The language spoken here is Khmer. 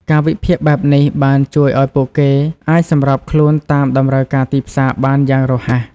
ការវិភាគបែបនេះបានជួយឱ្យពួកគេអាចសម្របខ្លួនតាមតម្រូវការទីផ្សារបានយ៉ាងរហ័ស។